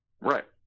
Right